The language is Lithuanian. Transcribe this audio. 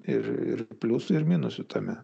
ir pliusų ir minusų tame